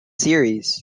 series